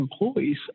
employees